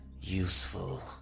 ...useful